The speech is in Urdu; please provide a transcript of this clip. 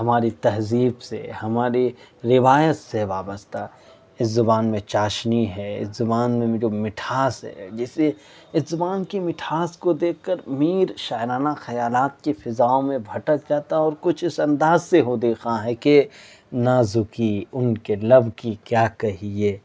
ہماری تہذیب سے ہماری روایت سے وابستہ اس زبان میں چاشنی ہے اس زبان میں بھی جو مٹھاس ہے جسے اس زبان کی مٹھاس کو دیکھ کر میر شاعرانہ خیالات کی فضاؤ٘ں میں بھٹک جاتا ہے اور کچھ اس انداز سے حدیٰ خواں ہے کہ نازکی ان کے لب کی کیا کہیے